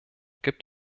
gibt